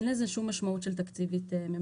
אין לזה שום משמעות של תקציב ממשלתי.